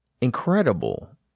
incredible